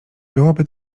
byłoby